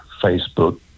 Facebook